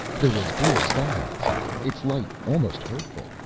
there was blue sky outside, its light almost hurtful,